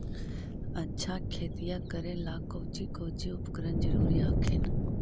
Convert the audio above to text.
अच्छा खेतिया करे ला कौची कौची उपकरण जरूरी हखिन?